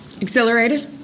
exhilarated